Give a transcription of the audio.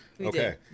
Okay